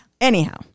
anyhow